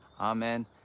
amen